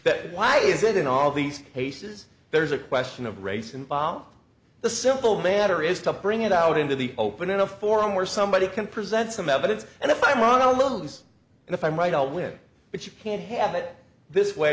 that why is it in all these cases there's a question of race and bomb the simple matter is to bring it out into the open in a forum where somebody can present some evidence and if i'm wrong on loans and if i'm right i'll win but you can't have it this way